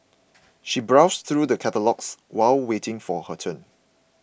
she browsed through the catalogues while waiting for her turn